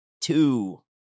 two